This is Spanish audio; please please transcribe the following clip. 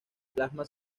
plasma